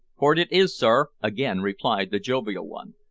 port it is, sir, again replied the jovial one.